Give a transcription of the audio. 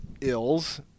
ills